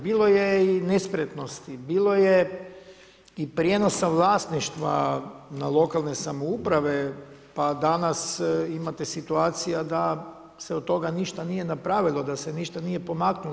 Bilo je i nespretnosti, bilo je i prijenosa vlasništva na lokalne samouprave, pa danas imate situacija da se od toga ništa nije napravilo, da se ništa nije pomaknulo.